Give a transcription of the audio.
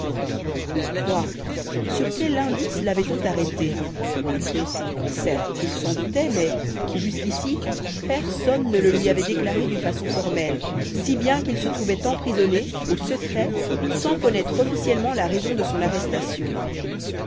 pourquoi sur quel indice lavait on arrêté certes il s'en doutait mais jusqu'ici personne ne le lui avait déclaré d'une façon formelle si bien qu'il se trouvait emprisonné au secret sans connaître officiellement la raison de son arrestation